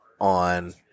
on